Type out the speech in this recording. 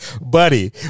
Buddy